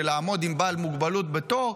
עם בעל מוגבלות בתור,